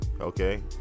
Okay